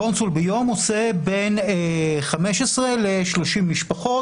קונסול ביום עושה בין 15 ל-30 משפחות,